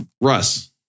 Russ